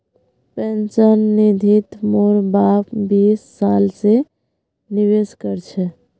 pension निधित मोर बाप बीस साल स निवेश कर छ